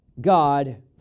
God